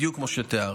בדיוק כמו שתיארת.